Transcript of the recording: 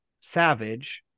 Savage